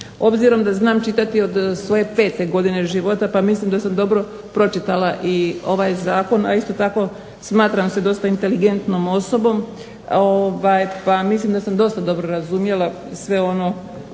Obzirom da znam čitati od svoje 5. godine života pa mislim da sam dobro pročitala i ovaj zakon, a isto tako smatram se dosta inteligentnom osobom pa mislim da sam dosta dobro razumjela sve ono